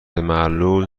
معلول